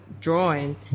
drawing